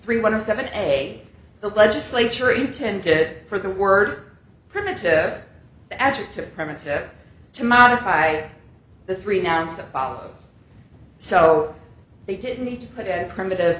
three one of seven a the legislature intended for the word primitive adjective primitive to modify the three nouns the following so they didn't need to put a primitive